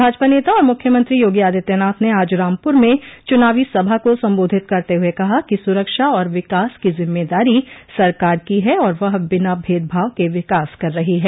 भाजपा नेता और मुख्यमंत्री योगी आदित्यनाथ ने आज रामपुर में चुनावी सभा को सम्बोधित करते हुए कहा कि सुरक्षा और विकास की जिम्मेदारी सरकार की है और वह बिना भेदभाव के विकास कर रही है